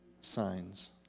signs